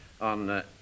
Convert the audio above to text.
on